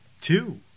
two